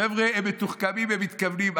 חבר'ה, הם מתוחכמים, הם מתכוונים.